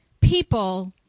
people